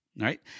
right